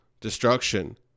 destruction